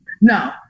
no